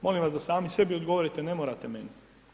Molim vas da sami sebi odgovorite, ne morate meni.